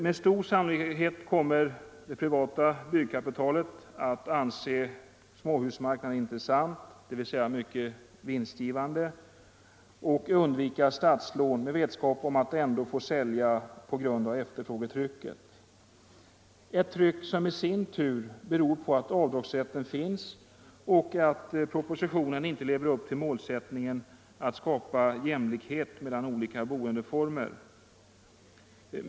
Med stor sannolikhet kommer det privata byggkapitalet att anse småhusmarknaden intressant — dvs. mycket vinstgivande — och undvika statslån, med vetskap om att man ändå får sälja på grund av efterfrågetrycket, ett tryck som i sin tur beror på att avdragsrätten finns och att propositionen inte lever upp till målsättningen att skapa jämlikhet mellan olika boendeformer.